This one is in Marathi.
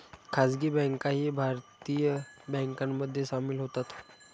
खासगी बँकाही भारतीय बँकांमध्ये सामील होतात